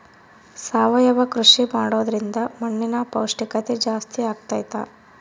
ಸಾವಯವ ಕೃಷಿ ಮಾಡೋದ್ರಿಂದ ಮಣ್ಣಿನ ಪೌಷ್ಠಿಕತೆ ಜಾಸ್ತಿ ಆಗ್ತೈತಾ?